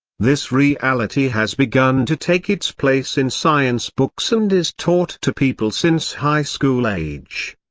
this reality has begun to take its place in science books and is taught to people since high school age.